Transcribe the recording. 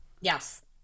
Yes